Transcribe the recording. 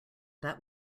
that